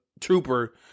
trooper